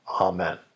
Amen